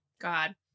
God